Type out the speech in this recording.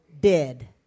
dead